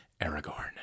Aragorn